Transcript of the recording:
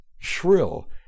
shrill